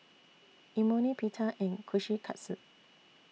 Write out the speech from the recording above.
Imoni Pita and Kushikatsu